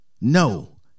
No